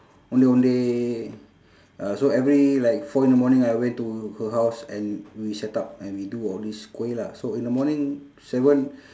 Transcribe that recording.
ondeh ondeh uh so every like four in the morning I went to her house and we set up and we do all these kuih lah so in the morning seven